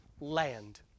land